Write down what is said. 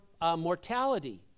mortality